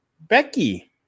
Becky